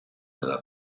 nella